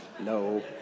No